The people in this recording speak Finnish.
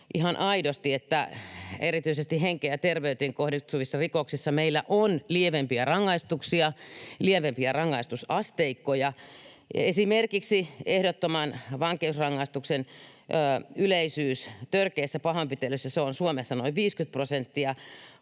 että erityisesti henkeen ja terveyteen kohdistuvissa rikoksissa meillä on lievempiä rangaistuksia, lievempiä rangaistusasteikkoja. Esimerkiksi ehdottoman vankeusrangaistuksen yleisyys törkeissä pahoinpitelyissä on Suomessa noin 50 prosenttia,